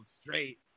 straight